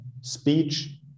speech